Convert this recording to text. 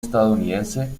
estadounidense